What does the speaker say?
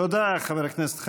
תודה, חבר הכנסת חנין.